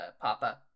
Papa